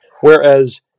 whereas